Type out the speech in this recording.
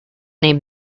name